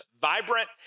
vibrant